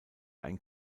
ein